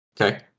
Okay